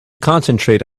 concentrate